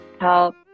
help